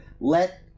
let